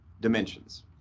dimensions